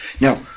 Now